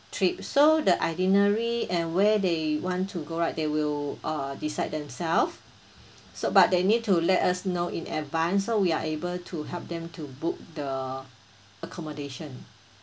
trip so the itinerary and where they want to go right they will uh decide themself so but they need to let us know in advance so we are able to help them to book the accommodation